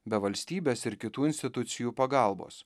be valstybės ir kitų institucijų pagalbos